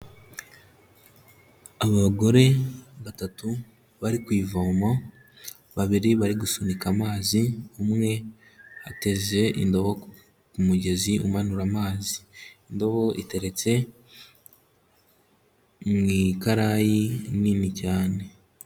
Abagore batatu bari ku ivomo, babiri bari gusunika amazi, umwe ateze indobo ku mugezi umanura amazi, indobo iteretse mu igarayi nini cyane.